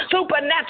supernatural